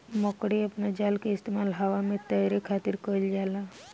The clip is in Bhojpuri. मकड़ी अपना जाल के इस्तेमाल हवा में तैरे खातिर कईल जाला